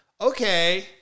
okay